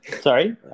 Sorry